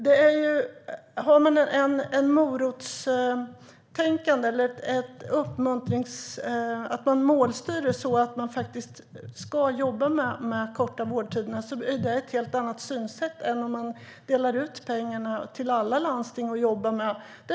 Har man ett morotstänkande och målstyr det så att man ska jobba med att korta vårdtiderna är det ett helt annat synsätt än om man delar ut pengarna till alla landsting.